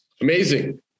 Amazing